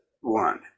one